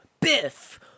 biff